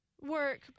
Work